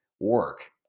work